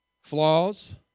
Flaws